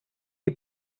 die